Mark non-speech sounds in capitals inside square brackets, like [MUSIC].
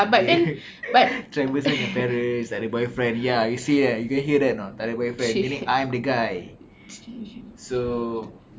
[LAUGHS] travels dengan parents tak ada boyfriend ya you see eh you can hear that or not tak ada boyfriend that will make I'm the guy okay so